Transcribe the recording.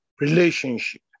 relationship